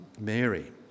Mary